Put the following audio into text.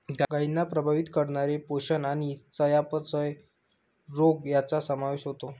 गायींना प्रभावित करणारे पोषण आणि चयापचय रोग यांचा समावेश होतो